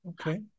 Okay